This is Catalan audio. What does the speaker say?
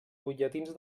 butlletins